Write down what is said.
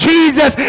Jesus